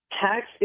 tax